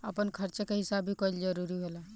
आपन खर्चा के हिसाब भी कईल जरूरी होला